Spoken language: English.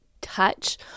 touch